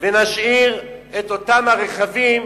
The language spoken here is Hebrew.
ונשאיר את אותם הרכבים